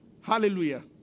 Hallelujah